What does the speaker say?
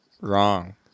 Wrong